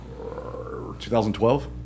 2012